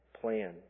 plan